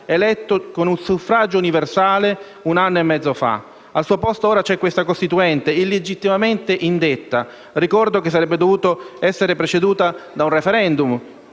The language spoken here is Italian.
eletto con suffragio universale un anno e mezzo fa. Al suo posto ora c'è una Costituente illegittimamente indetta (ricordo che sarebbe dovuta essere preceduta da un *referendum*)